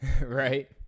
right